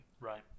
right